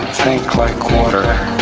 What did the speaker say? think like water